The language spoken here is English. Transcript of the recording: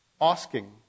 asking